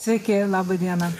sveiki laba diena